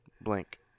Blank